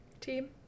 Team